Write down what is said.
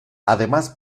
además